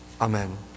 Amen